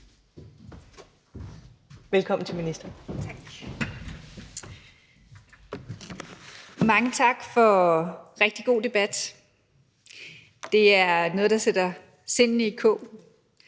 (Joy Mogensen): Mange tak for en rigtig god debat. Det er noget, der sætter sindene i kog,